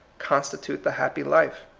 constitute the happy life.